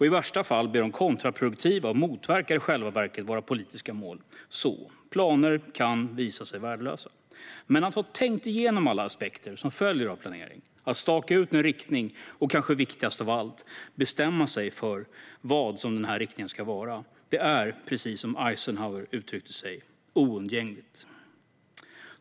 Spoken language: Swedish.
I värsta fall blir de kontraproduktiva och motverkar i själva verket våra politiska mål. Planer kan alltså visa sig värdelösa. Men att ha tänkt igenom alla aspekter som följer av planering, att staka ut en riktning och - kanske viktigast av allt - bestämma sig för vad riktningen ska vara är, precis som Eisenhower uttryckte det, oundgängligt.